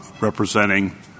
representing